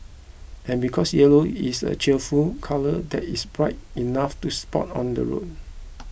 and because yellow is a cheerful colour that is bright enough to spot on the roads